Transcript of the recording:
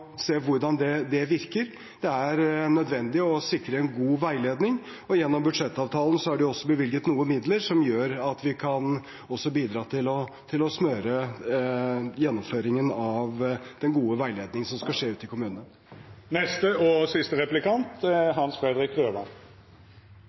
se hvordan det virker. Det er nødvendig å sikre en god veiledning, og gjennom budsjettavtalen er det også bevilget noen midler som kan bidra til å smøre gjennomføringen av den gode veiledningen som skal skje ute i kommunene.